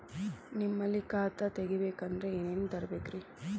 ನಿಮ್ಮಲ್ಲಿ ಖಾತಾ ತೆಗಿಬೇಕಂದ್ರ ಏನೇನ ತರಬೇಕ್ರಿ?